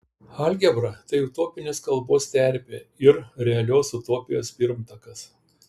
algebra tai utopinės kalbos terpė ir realios utopijos pirmtakas